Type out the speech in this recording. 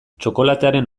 txokolatearen